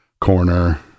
corner